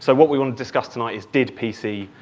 so what we want to discuss tonight is did p c.